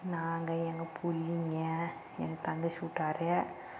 நாங்கள் எங்கள் பிள்ளிங்க எங்கள் தங்கச்சி ஊட்டார்